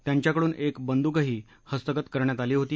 त्यांच्याकडून एक बंदुकही हस्तगत करण्यात आली होती